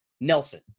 Nelson